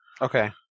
Okay